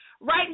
right